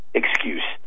excuse